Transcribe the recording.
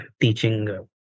teaching